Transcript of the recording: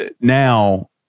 now